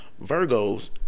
Virgos